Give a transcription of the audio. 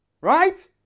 Right